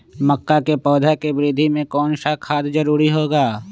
मक्का के पौधा के वृद्धि में कौन सा खाद जरूरी होगा?